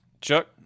Chuck